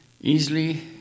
easily